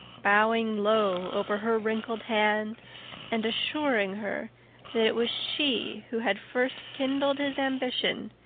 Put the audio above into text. bowing low over her wrinkled hand and assuring her that it was she who had first kindled his ambition,